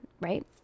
Right